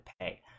pay